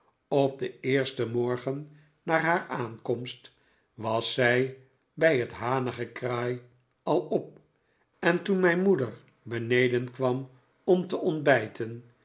op den eersten morgen na haar aankomst was zij bij het hanengekraai al op en toen mijn moeder beneden kwam om te ontbijten